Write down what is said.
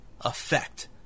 effect